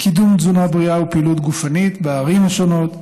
קידום תזונה בריאה ופעילות גופנית בערים השונות,